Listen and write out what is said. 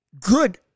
good